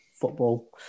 football